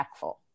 impactful